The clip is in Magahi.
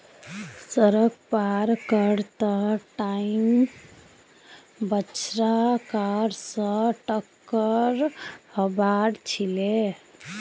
सड़क पार कर त टाइम बछड़ा कार स टककर हबार छिले